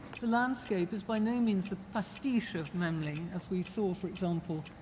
the landscape is by no means a pastiche of memling, as we saw, for example,